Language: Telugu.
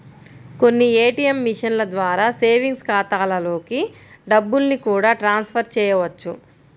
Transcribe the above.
కొన్ని ఏ.టీ.యం మిషన్ల ద్వారా సేవింగ్స్ ఖాతాలలోకి డబ్బుల్ని కూడా ట్రాన్స్ ఫర్ చేయవచ్చు